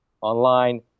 online